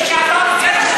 שלא בחוץ.